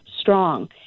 strong